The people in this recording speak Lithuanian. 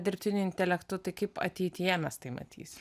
dirbtiniu intelektu tai kaip ateityje mes tai matys